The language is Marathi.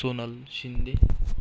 सोनल शिंदे